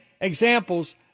examples